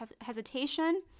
hesitation